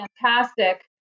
fantastic